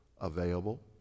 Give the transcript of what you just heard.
available